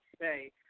say